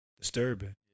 Disturbing